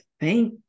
thank